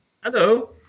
Hello